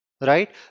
right